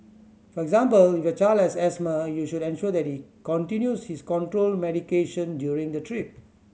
for example if your child has asthma you should ensure that he continues his control medication during the trip